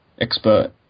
expert